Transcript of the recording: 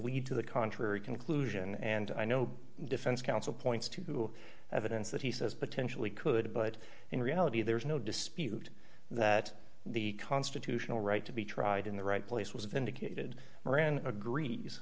lead to the contrary conclusion and i know defense counsel points to evidence that he says potentially could but in reality there is no dispute that the constitutional right to be tried in the right place was vindicated moran agrees